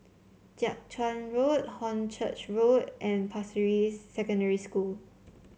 Jiak Chuan Road Hornchurch Road and Pasir Ris Secondary School